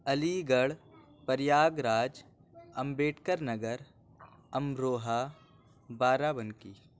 علی گڑھ پریاگ راج امبیدکر نگر امروہہ بارہ بنکی